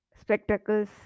spectacles